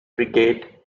brigade